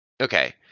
okay